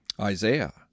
Isaiah